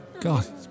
God